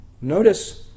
Notice